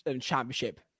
championship